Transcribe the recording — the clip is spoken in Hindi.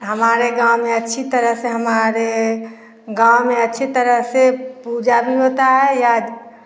हमारे गाँव में अच्छी तरह से हमारे गाँव में अच्छी तरह से पूजा भी होता है या